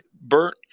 Bert